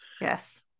Yes